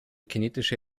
kinetische